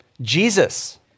Jesus